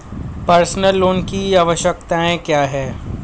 Personal loan की आवश्यकताएं क्या हैं?